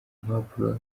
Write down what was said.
mpapuro